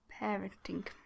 Parenting